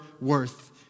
worth